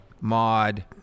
mod